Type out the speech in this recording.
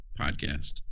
Podcast